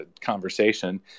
conversation